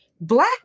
Black